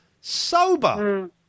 sober